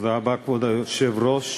כבוד היושב-ראש,